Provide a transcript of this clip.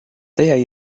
they